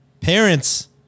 Parents